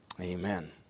Amen